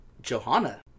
Johanna